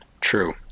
True